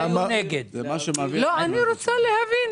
אני רוצה להבין.